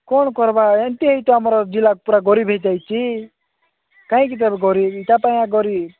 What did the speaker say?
କ'ଣ କରିବା ଏମିତି ହେଇ ତ ଆମର ଜିଲ୍ଲା ପୁରା ଗରିବ ହୋଇଯାଇଛି କାହିଁକି ତେବେ ଗରିବ ତା ପାଇଁ ଗରିବ